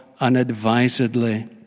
unadvisedly